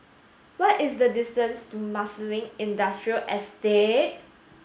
what is the distance to Marsiling Industrial Estate